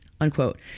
Unquote